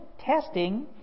testing